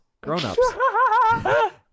Grown-ups